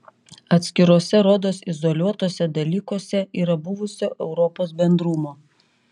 atskiruose rodos izoliuotuose dalykuose yra buvusio europos bendrumo